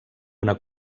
una